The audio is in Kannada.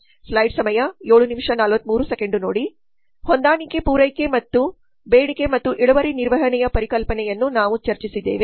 ಹೊಂದಾಣಿಕೆ ಪೂರೈಕೆ ಮತ್ತು ಬೇಡಿಕೆ ಮತ್ತು ಇಳುವರಿ ನಿರ್ವಹಣೆಯ ಪರಿಕಲ್ಪನೆಯನ್ನು ನಾವು ಚರ್ಚಿಸಿದ್ದೇವೆ